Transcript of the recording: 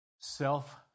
self